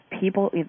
people